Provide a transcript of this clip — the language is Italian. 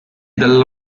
dal